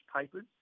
papers